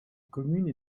commune